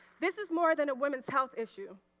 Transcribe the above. this is more than a women's health issue.